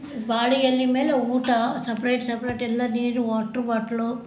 ಬಾಳೆ ಎಲೆ ಮೇಲೆ ಊಟ ಸಪ್ರೇಟ್ ಸಪ್ರೇಟ್ ಎಲ್ಲ ನೀರು ವಾಟ್ರು ಬಾಟ್ಲು